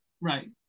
Right